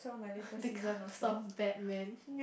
because of that man